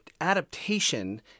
adaptation